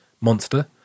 Monster